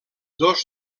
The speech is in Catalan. dos